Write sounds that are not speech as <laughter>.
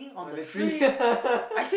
on the tree <laughs>